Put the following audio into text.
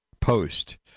post